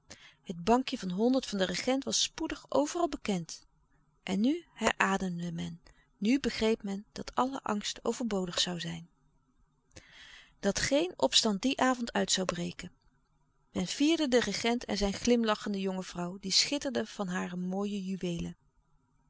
het bankje van honderd van den regent was spoedig overal bekend en nu herademde men nu begreep men dat alle angst overbodig zoû zijn dat geen opstand dien avond uit zoû breken men vierde den regent en zijn glimlachende jonge vrouw die schitterde van hare mooie juweelen